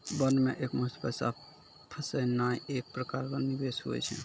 bond मे एकमुस्त पैसा फसैनाइ एक प्रकार रो निवेश हुवै छै